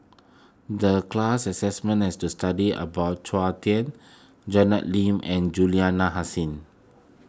the class assessment is to study about Chua Thian Janet Lim and Juliana Hasin